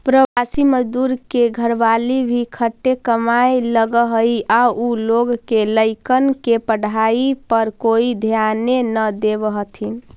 प्रवासी मजदूर के घरवाली भी खटे कमाए लगऽ हई आउ उ लोग के लइकन के पढ़ाई पर कोई ध्याने न देवऽ हथिन